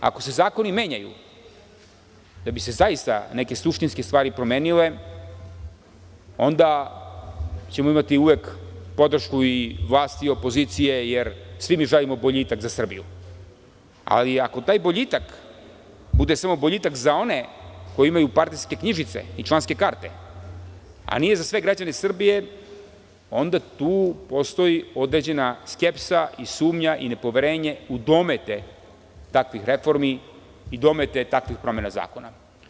Ako se zakoni menjaju da bi se zaista neke suštinske stvari promenile, onda ćemo imati uvek podršku i vlasti i opozicije, jer svi mi želimo boljitak za Srbiju, ali, ako taj boljitak bude samo boljitak za one koji imaju partijske knjižice i članske karte, a nije za sve građane Srbije, onda tu postoji određena skepsa, sumnja i nepoverenje u domete takvih reformi i domete takvih promena zakona.